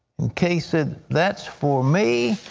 and clay said, that's for me.